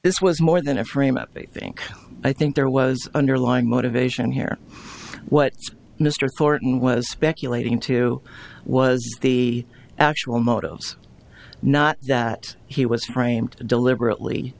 this was more than a frame up thing i think there was underlying motivation here what mr korten was speculating to was the actual motives not that he was framed deliberately